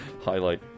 highlight